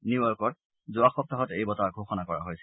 নিউয়ৰ্কত যোৱা সপ্তাহত এই বঁটাৰ ঘোষণা কৰা হৈছিল